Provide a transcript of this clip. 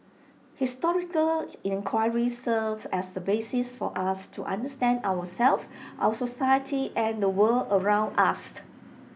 historical enquiry serves as A basis for us to understand ourselves our society and the world around us